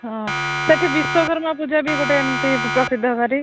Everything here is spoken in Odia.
ହଁ ସେଠି ବିଶ୍ୱକର୍ମା ପୂଜା ବି ଗୋଟେ ଏମିତି ପ୍ରସିଦ୍ଧ ଭାରି